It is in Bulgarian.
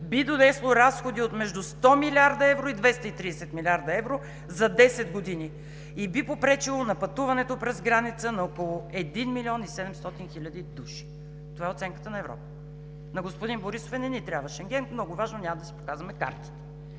би донесло разходи от между 100 милиарда евро и 230 милиарда евро за десет години и би попречило на пътуването през граница на около 1 млн. и 700 хил. души. Това е оценката на Европа. На господин Борисов – „не ни трябва Шенген, много важно, няма да си показваме картите“.